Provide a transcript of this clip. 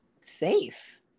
safe